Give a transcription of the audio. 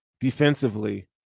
defensively